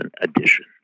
edition